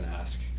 ask